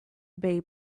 bare